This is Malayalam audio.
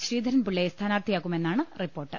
ശ്രീധരൻപിള്ളയെ സ്ഥാനാർത്ഥിയാക്കുമെന്നാണ് റിപ്പോർട്ട്